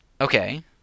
okay